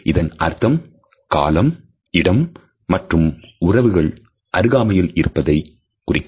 இதன் அர்த்தம் காலம் இடம் மற்றும் உறவுகள் அருகாமையில் இருப்பதை குறிக்கும்